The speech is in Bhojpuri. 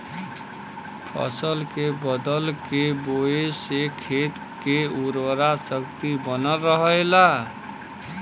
फसल के बदल के बोये से खेत के उर्वरा शक्ति बनल रहला